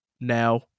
now